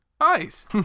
nice